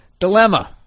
Dilemma